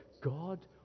God